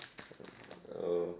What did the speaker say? oh